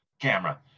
camera